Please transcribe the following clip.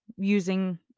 using